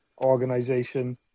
organization